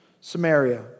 Samaria